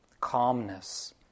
calmness